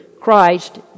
Christ